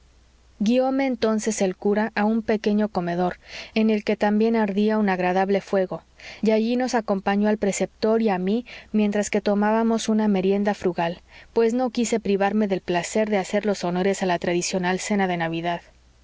guióme entonces el cura a un pequeño comedor en el que también ardía un agradable fuego y allí nos acompañó al preceptor y a mí mientras que tomábamos una merienda frugal pues no quise privarme del placer de hacer los honores a la tradicional cena de navidad